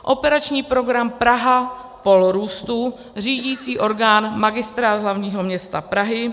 Operační program Praha pól růstu, řídicí orgán Magistrát hlavního města Prahy;